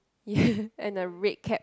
and the red cap